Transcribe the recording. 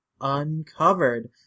uncovered